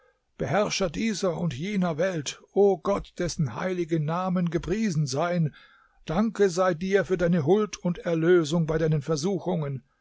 beherrscher dieser und jener welt o gott dessen heilige namen gepriesen seien dank sei dir für deine huld und erlösung bei deinen versuchungen